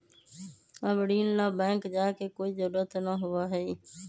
अब ऋण ला बैंक जाय के कोई जरुरत ना होबा हई